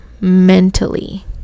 mentally